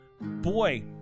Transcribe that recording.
boy